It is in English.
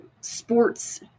sports